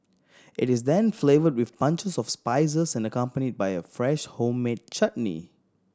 it is then flavoured with punches of spices and accompanied by a fresh homemade chutney